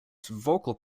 vocal